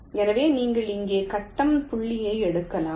எனவே நீங்கள் இங்கே கட்டம் புள்ளியை எடுக்கலாம்